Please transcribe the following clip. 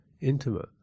intimate